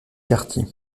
quartier